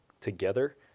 together